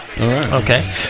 Okay